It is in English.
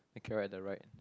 and carrot on the right